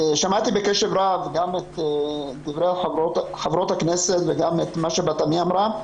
שמענו בקשב רב גם את דברי חברות הכנסת וגם את מה שבת עמי אמרה.